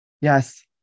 Yes